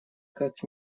как